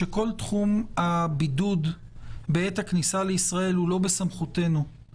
שכל תחום הבידוד בעת הכניסה לישראל הוא לא בסמכותנו,